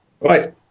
right